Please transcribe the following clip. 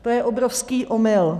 To je obrovský omyl.